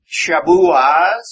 shabuas